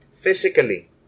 physically